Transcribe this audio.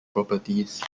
properties